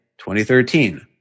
2013